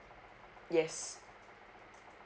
yes